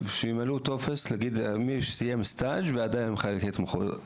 שימלאו טופס להגיד מי שסיים סטאז' ועדיין מחכה להתמחויות.